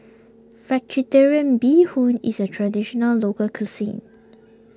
Vegetarian Bee Hoon is a Traditional Local Cuisine